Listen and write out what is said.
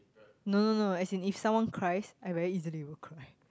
no no no as in if someone cries I very easily will cry